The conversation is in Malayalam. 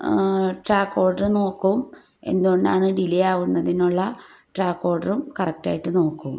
ട്രാക്ക് ഓർഡറ് നോക്കും എന്തുകൊണ്ടാണ് ഡിലേ ആവുന്നതിനുള്ള ട്രാക്ക് ഓർഡറും കറക്റ്റായിട്ട് നോക്കും